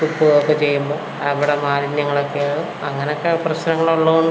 തുപ്പുകയൊക്കെ ചെയ്യുമ്പോൾ അവിടെ മാലിന്യങ്ങളൊക്കെ ആവും അങ്ങനെയൊക്കെ പ്രശ്നങ്ങൾ ഉള്ളത് കൊണ്ട്